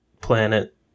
planet